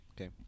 Okay